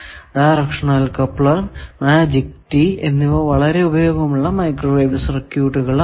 directional coupler magic tee എന്നിവ വളരെ ഉപയോഗമുള്ള മൈക്രോവേവ് സർക്യൂട്ടുകൾ ആണ്